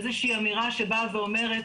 איזה שהיא אמירה שבאה ואומרת